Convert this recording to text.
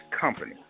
company